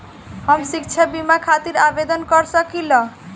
हम शिक्षा बीमा खातिर आवेदन कर सकिला?